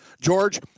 George